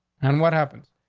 and what happens?